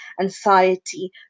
anxiety